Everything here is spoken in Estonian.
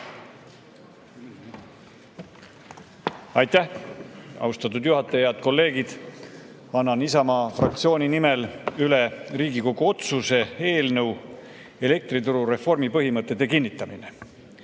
Aitäh, austatud juhataja! Head kolleegid! Annan Isamaa fraktsiooni nimel üle Riigikogu otsuse "Elektrituru reformi põhimõtete kinnitamine"